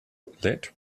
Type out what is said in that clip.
let